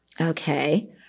Okay